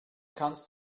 kannst